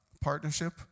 partnership